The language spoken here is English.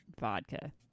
vodka